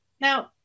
now